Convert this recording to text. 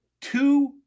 two